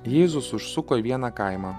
jėzus užsuko į vieną kaimą